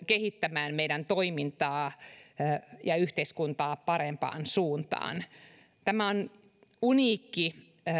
kehittämään meidän toimintaamme ja yhteiskuntaa parempaan suuntaan tämä on uniikki